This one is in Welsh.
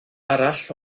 arall